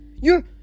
You're